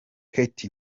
katy